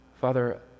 Father